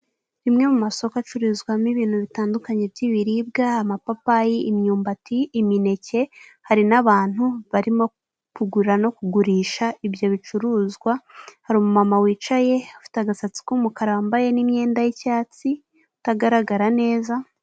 Rimwe mu masoko acururizwamo ibintu bitandukanye by'ibiribwa ama papayi, imyumbati, imineke hari n'abantu barimo kugura no kugurisha ibyo bicuruzwa hari umumama wicaye afite agasatsi k'umukara wambaye n'iyenda y'icyatsi utagaragara neza.